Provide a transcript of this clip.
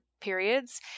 periods